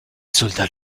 soldats